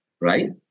right